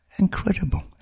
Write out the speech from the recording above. Incredible